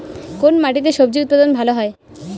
কোন মাটিতে স্বজি উৎপাদন ভালো হয়?